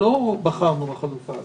בחרנו בחלופה הזו.